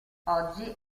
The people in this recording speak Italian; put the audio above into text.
oggi